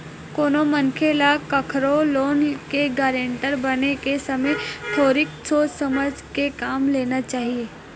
कोनो मनखे ल कखरो लोन के गारेंटर बने के समे थोरिक सोच समझ के काम लेना चाही